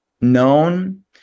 known